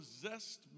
possessed